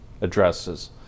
addresses